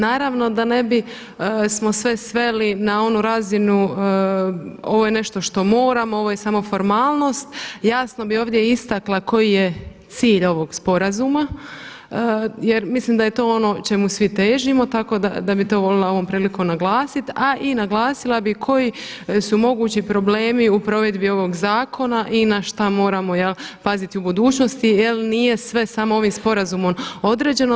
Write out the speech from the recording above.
Naravno da ne bismo sve sveli na onu razinu, ovo je nešto što moramo, ovo je samo formalnost jasno bi ovdje istakla koji je cilj ovog sporazuma jer mislim da je to ono čemu svi težimo tako da bi to volila ovom prilikom naglasiti a i naglasila bi koji su mogući problemi u provedbi ovog zakona i na šta moramo paziti u budućnosti jel nije sve samo ovim sporazumom određeno.